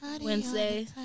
Wednesday